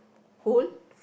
whole